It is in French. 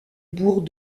bourg